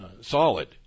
solid